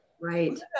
right